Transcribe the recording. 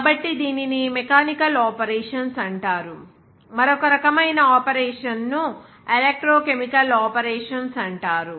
కాబట్టి దీనిని mechanical operations అంటారు మరొక రకమైన ఆపరేషన్ను ఎలక్ట్రోకెమికల్ ఆపరేషన్స్ అంటారు